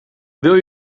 wil